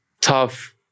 tough